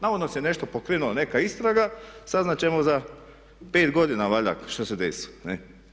Navodno se nešto pokrenulo neka istraga, saznat ćemo za 5 godina valjda šta se desilo.